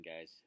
guys